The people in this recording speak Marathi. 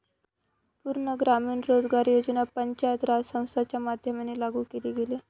पूर्ण ग्रामीण रोजगार योजना पंचायत राज संस्थांच्या माध्यमाने लागू केले गेले